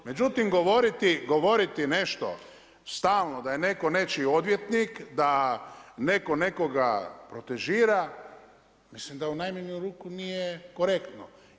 Međutim, govoriti nešto stalno, da je netko nečiji odvjetnik, da netko nekoga protežira, mislim da u najmanju ruku nije korektno.